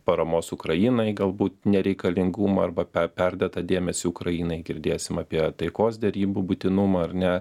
paramos ukrainai galbūt nereikalingumą arba per perdėtą dėmesį ukrainai girdėsim apie taikos derybų būtinumą ar ne